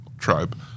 Tribe